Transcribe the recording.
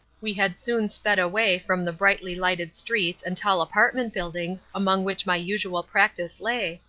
we had soon sped away from the brightly lighted streets and tall apartment buildings among which my usual practice lay,